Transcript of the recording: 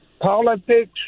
politics